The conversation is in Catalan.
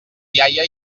iaia